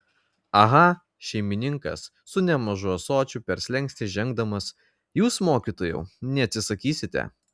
aha šeimininkas su nemažu ąsočiu per slenkstį žengdamas jūs mokytojau neatsisakysite